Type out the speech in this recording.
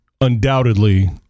undoubtedly